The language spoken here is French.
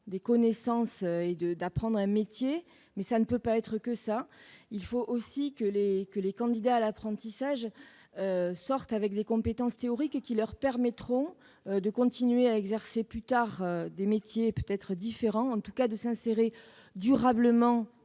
des connaissances et d'apprendre un métier, mais il ne doit pas être que cela. Il faut aussi que les candidats à l'apprentissage en sortent avec des compétences théoriques qui leur permettront de continuer à exercer plus tard des métiers peut-être différents, à tout le moins de s'insérer durablement